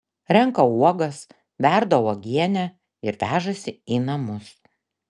renka uogas verda uogienę ir vežasi į namus